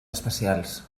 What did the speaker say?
especials